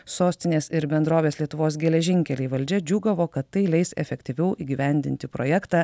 sostinės ir bendrovės lietuvos geležinkeliai valdžia džiūgavo kad tai leis efektyviau įgyvendinti projektą